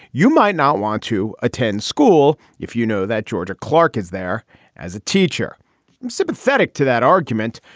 you might not want to attend school if you know that george clark is there as a teacher. i'm sympathetic to that argument,